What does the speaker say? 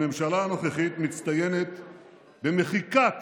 הממשלה הנוכחית מצטיינת במחיקת